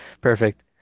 Perfect